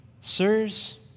Sirs